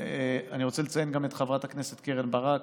ואני רוצה לציין גם את חברת הכנסת קרן ברק,